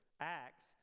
Acts